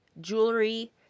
jewelry